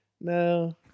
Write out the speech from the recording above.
no